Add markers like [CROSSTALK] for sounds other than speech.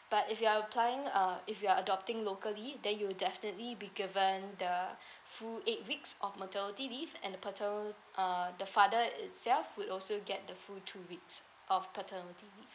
[BREATH] but if you are applying uh if you are adopting locally then you'll definitely be given the [BREATH] full eight weeks of maternity leave and the pater~ uh the father itself would also get the full two weeks of paternity leave